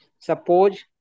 Suppose